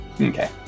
Okay